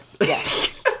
Yes